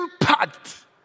impact